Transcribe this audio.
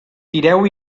tireu